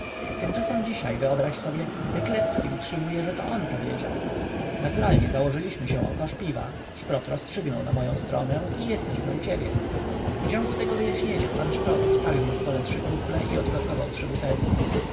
tymczasem dzisiaj wyobraź sobie deklewski utrzymuje że to on powiedział naturalnie założyliśmy się o kosz piwa szprot rozstrzygnął na moję stronę i jesteśmy u ciebie w ciągu tego wyjaśnienia pan szprot ustawił na stole trzy kufle i odkorkował trzy butelki